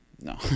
No